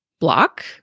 block